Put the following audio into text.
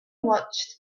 watched